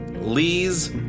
Lees